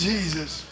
Jesus